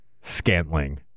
Scantling